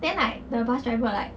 then like the bus driver like